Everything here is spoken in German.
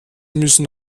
müssten